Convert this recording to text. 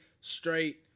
straight